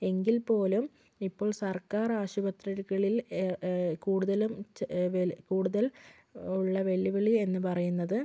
എങ്കിൽ പോലും ഇപ്പോൾ സർക്കാർ ആശുപത്രികളിൽ കൂടുതലും കൂടുതൽ ഉള്ള വെല്ലുവിളി എന്ന് പറയുന്നത്